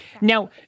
Now